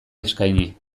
eskaini